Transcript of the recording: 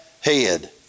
head